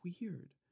weird